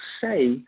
say